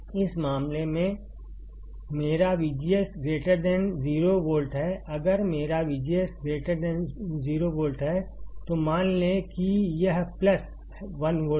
इस मामले में मेरा VGS 0 वोल्ट है अगर मेरा VGS 0 वोल्ट है तो मान लें कि यह प्लस 1 वोल्ट है